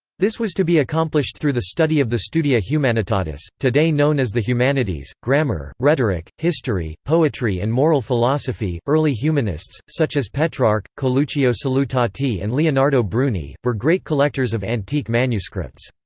this was to be accomplished through the study of the studia humanitatis, today known as the humanities grammar, rhetoric, history, poetry and moral philosophy early humanists, such as petrarch, coluccio salutati and leonardo bruni, were great collectors of antique manuscripts.